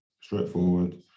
Straightforward